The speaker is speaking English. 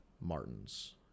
Martins